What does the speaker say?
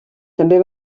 també